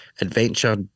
adventure